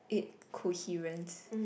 it coherent